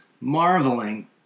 marveling